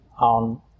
on